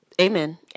Amen